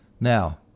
Now